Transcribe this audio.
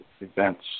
events